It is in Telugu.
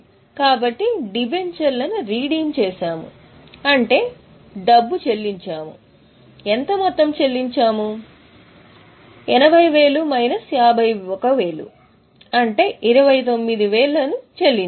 కాబట్టి మేము డిబెంచర్లను రీడీమ్ చేయాలి అంటే మేము డబ్బు చెల్లించాము మరియు ఎంత మొత్తంలో డిబెంచర్లలో కొంత భాగాన్ని రద్దు చేసాము ఇది 29000 తేడా